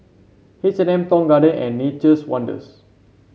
H and M Tong Garden and Nature's Wonders